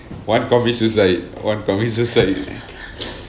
one commit suicide one commit suicide